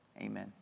amen